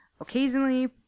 Occasionally